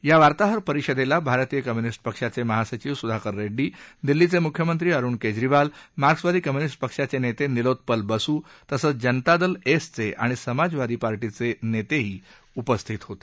या वार्ताहर परिषदेला भारतीय कम्युनिस्ट पक्षाचे महासचिव सुधाकर रेड्डी दिल्लीचे मुख्यमंत्री अरुण केजरीवाल मार्क्सवादी कम्युनिस्ट पक्षाचे नेते निलोत्पल बसू तसंच जनता दल एस चे आणि समाजवादी पार्टीचे नेतेही उपस्थित होते